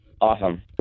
Awesome